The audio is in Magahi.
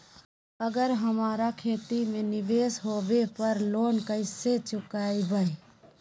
अगर हमरा खेती में निवेस होवे पर लोन कैसे चुकाइबे?